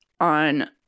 on